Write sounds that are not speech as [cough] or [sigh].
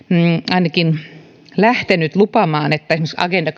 ainakin lähtenyt lupaamaan että esimerkiksi agenda [unintelligible]